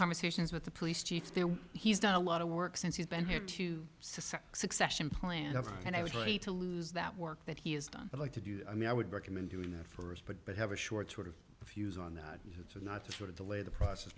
conversations with the police chief there he's done a lot of work since he's been here two suspects succession plan and i was ready to lose that work that he has done i'd like to do i mean i would recommend doing that for us but but have a short sort of a fuse on that it's not the sort of delay the process